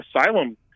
asylum